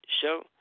show